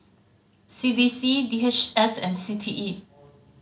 C D C D H S and C T E